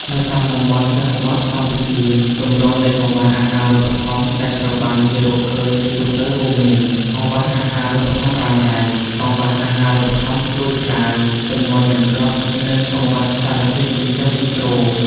នៅតាមតំបន់ជនបទកម្ពុជា ទម្រង់នៃកង្វះអាហារូបត្ថម្ភដែលត្រូវបានគេរកឃើញជាទូទៅរួមមាន កង្វះអាហារូបត្ថម្ភរ៉ាំរ៉ៃ កង្វះអាហារូបត្ថម្ភស្រួចស្រាវ ទម្ងន់មិនគ្រប់ និងកង្វះសារធាតុចិញ្ចឹមមីក្រូ។